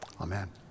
amen